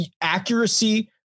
accuracy